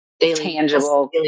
tangible